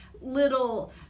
little